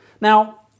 Now